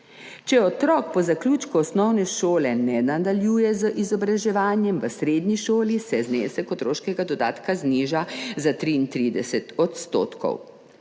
Če otrok po zaključku osnovne šole ne nadaljuje z izobraževanjem v srednji šoli, se znesek otroškega dodatka zniža za 33 %.